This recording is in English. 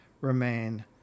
remain